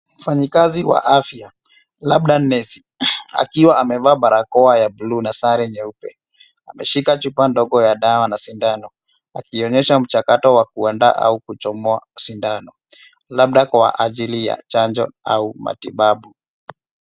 Mfanyakazi wa afya labda nesi akiwa amevaa barakoa ya buluu na sare nyeupe, ameshika chupa ndogo ya dawa na sindano akionyesha mchakato wa kuandaa au kuchomoa sindano labda kwa ajili ya chanjo au matibabu.